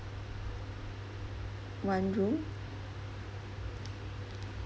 one room